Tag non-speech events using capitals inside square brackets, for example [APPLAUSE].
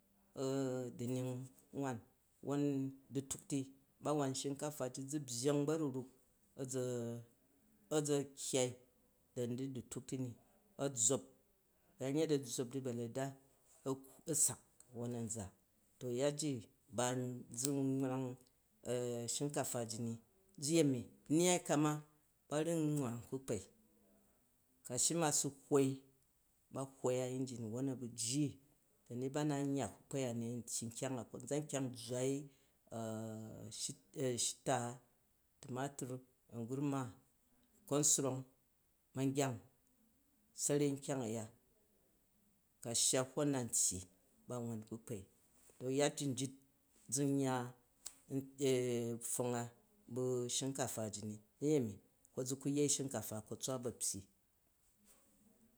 [HESITATION] du̱nying nwan. Wwon du̱tuk ti, bu wan shinka ji zu̱ byya̱ng ba̱ru̱ ruk a̱za̱ kyyei du̱ ni du̱ du̱tuk ti ni ạ zzop, ba̱yanyet, a̱ zzop du ba̱leda, a̱sak wwon an za. To yat ji, ban, zu̱n wraf [HESITATION] shinkafa ji zu̱ yemi. Nyyai ka ma, ba ru̱ nwrang kpukpan, ka shim, a̱ su̱ hwwon ba hwwon a ngine, ba bu̱ jji da̱ du̱ ba na nyy kpukpai a, an tyyi nkyang a, kozan, nkyang, zwai, ch-g [HESITATION] shitaa, tomatur, angurwa, kponswng ma̱ngiyang sa̱rei nkyang ugu, ku̱ a̱ shya hwon an tyyi ba na wan kpukpi. To yat ji, njit zu̱n n yya pfong a bu shikafa ji ni, za̱ye mi, ko zu̱ ku yei shinkafai ko tswa ba̱ pyyi